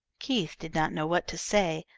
keith did not know what to say,